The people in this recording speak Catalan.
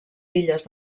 illes